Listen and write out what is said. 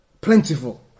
plentiful